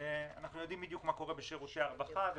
שירותים אנחנו יודעים בדיוק מה קורה בשירותי הרווחה וכולי.